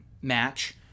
match